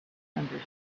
himself